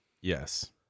Yes